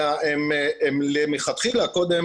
אלא מלכתחילה קודם